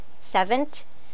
Seventh